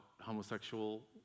homosexual